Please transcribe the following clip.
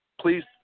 Please